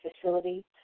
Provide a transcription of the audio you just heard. facility